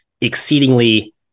exceedingly